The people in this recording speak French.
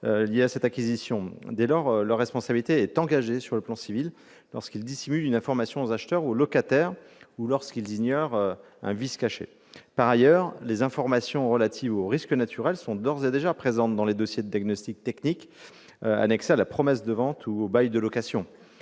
lieu de l'acquisition. Dès lors, leur responsabilité est engagée sur le plan civil lorsqu'ils dissimulent une information aux acheteurs ou aux locataires ou lorsqu'ils ignorent un vice caché. Par ailleurs, les informations relatives aux risques naturels sont d'ores et déjà présentes dans les dossiers de diagnostic technique annexés à la promesse de vente ou au bail de location.